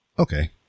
Okay